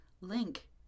Link